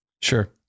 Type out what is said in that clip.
Sure